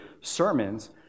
sermons